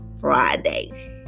Friday